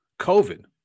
COVID